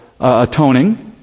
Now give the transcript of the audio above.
atoning